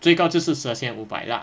最高就是十二千五百 lah